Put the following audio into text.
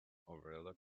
overlooking